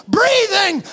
breathing